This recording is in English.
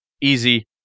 Easy